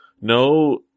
no